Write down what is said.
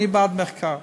אני בעד מחקר.